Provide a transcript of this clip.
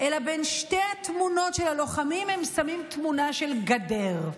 אלא בין שתי התמונות של הלוחמים הם שמים תמונה של גדר.